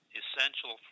essential